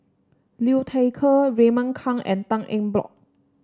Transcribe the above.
Liu Thai Ker Raymond Kang and Tan Eng Bock